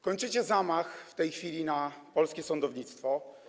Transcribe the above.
Kończycie zamach w tej chwili na polskie sądownictwo.